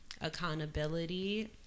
accountability